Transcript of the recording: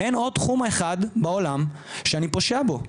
אין עוד תחום אחד בעולם שאני פושע בו.